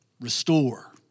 restore